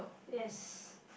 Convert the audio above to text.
yes